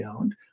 owned